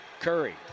Curry